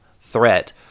threat